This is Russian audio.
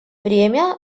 время